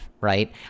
right